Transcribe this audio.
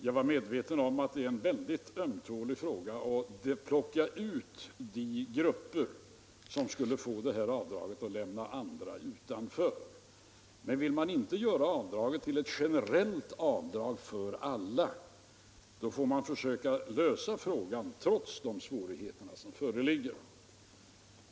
Jag var medveten om att det är mycket ömtålig fråga att plocka ut de grupper som skulle få detta avdrag och därmed lämna andra grupper utanför. Men vill man inte göra avdraget till ett generellt avdrag för alla får man försöka lösa frågan trots de svårigheter som föreligger.